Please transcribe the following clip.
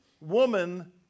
woman